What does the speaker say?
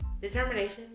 determination